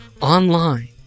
online